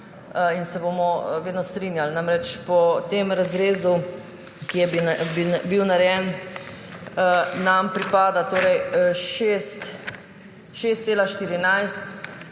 in se bomo vedno strinjali. Namreč, po razrezu, ki je bil narejen, nam pripada 6,14